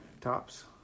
tops